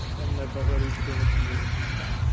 and and i felt ready to bring it to you now.